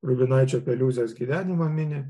rubinaičio peliūzės gyvenimą mini